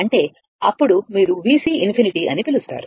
అంటే అప్పుడు మీరు VC ∞ అని పిలుస్తారు